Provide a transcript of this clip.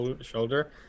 shoulder